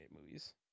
movies